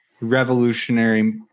revolutionary